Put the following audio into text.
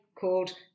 called